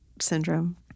syndrome